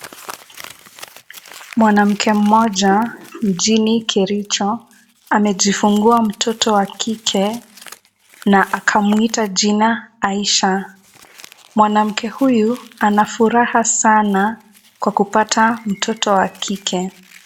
Mwanamke mmoja mjini Kericho amejifungua mtoto wa kike na akamwita jina Aisha. Mwanamke huyu ana furaha sana kwa kupata mtoto wa kike.